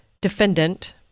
defendant